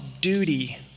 duty